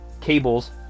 cables